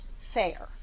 fair